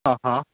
हां हां